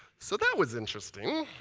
so that was interesting.